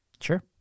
Sure